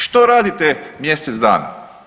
Što radite mjesec dana?